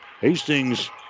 Hastings